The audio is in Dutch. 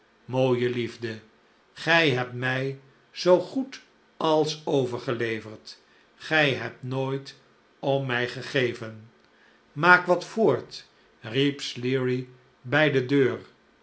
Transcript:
mooie liefde gij hebt mij zoo goed als overgeleverd gij hebt nooit om mij gegeven maak wat voort riep sleary bij de deur